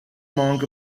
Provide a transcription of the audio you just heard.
monk